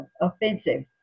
offensive